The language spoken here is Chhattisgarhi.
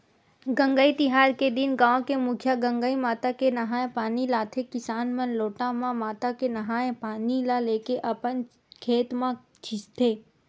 गंगई तिहार के दिन गाँव के मुखिया गंगई माता के नंहाय पानी लाथे किसान मन लोटा म माता के नंहाय पानी ल लेके अपन खेत म छींचथे